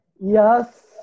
Yes